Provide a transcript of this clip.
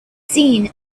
seen